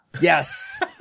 Yes